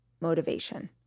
motivation